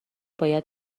باید